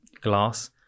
glass